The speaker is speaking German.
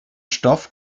stoff